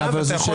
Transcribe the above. ואתה יכול,